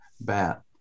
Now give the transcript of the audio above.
bat